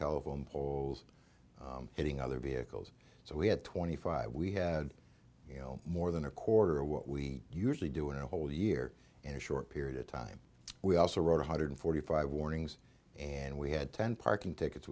telephone poles hitting other vehicles so we had twenty five we had you know more than a quarter of what we usually do in a whole year in a short period of time we also wrote one hundred forty five warnings and we had ten